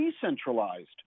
decentralized